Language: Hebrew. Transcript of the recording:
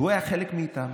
והוא היה חלק מאיתנו